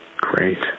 Great